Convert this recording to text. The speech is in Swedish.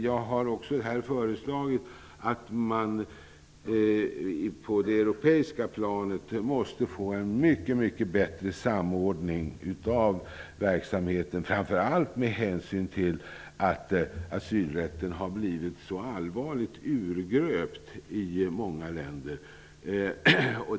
Jag har sagt att man på det europeiska planet måste få en mycket mycket bättre samordning av verksamheten, framför allt med hänsyn till att asylrätten så allvarligt har urgröpts i många länder.